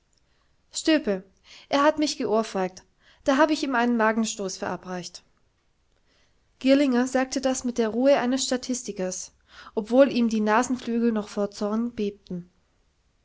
stilpe er hat mich geohrfeigt da hab ich ihm einen magenstoß verabreicht girlinger sagte das mit der ruhe eines statistikers obwohl ihm die nasenflügel noch vor zorn bebten